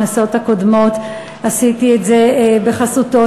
בכנסות הקודמות עשיתי את זה בחסותו